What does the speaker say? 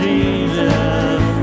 Jesus